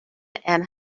and